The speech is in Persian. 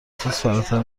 فراتر